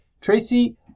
Tracy